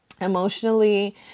Emotionally